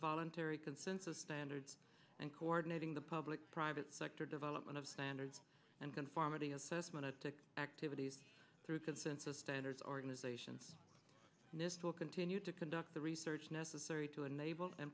voluntary consensus standards and coordinating the public private sector development of standards and conformity assessment a activities through consensus standards organization will continue to conduct the research necessary to enable and